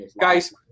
guys